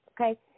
Okay